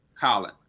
Colin